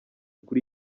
kuri